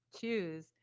choose